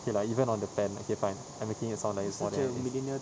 okay lah even on the pan okay fine I'm making it sound like there's more than it is